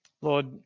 Lord